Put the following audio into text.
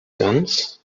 guns